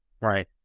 Right